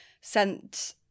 sent